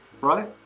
Right